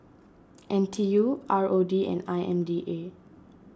N T U R O D and I M D A